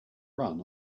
run